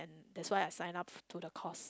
that's why I sign up to the course